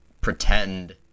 pretend